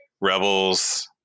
Rebels